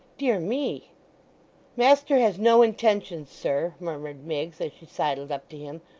dear me master has no intentions, sir murmured miggs as she sidled up to him,